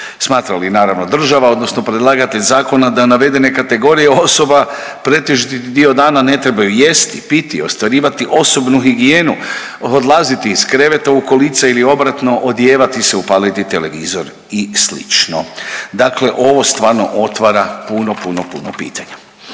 Smatra li, naravno, država odnosno predlagatelj zakona da navedene kategorije osoba pretežiti dio dana ne trebaju jesti, piti, ostvarivati osobnu higijenu, odlaziti iz kreveta u kolica ili obratno, odijevati se, upaliti televizor i sl. Dakle ovo stvarno otvara puno, puno pitanja.